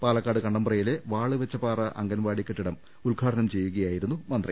പാലക്കാട് കണ്ണമ്പ്രയിലെ വാളുവെച്ചപാറ അംഗൻവാടി കെട്ടിട്ടം ഉദ്ഘാടനം ചെയ്യുകയായിരുന്നു മന്ത്രി